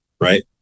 Right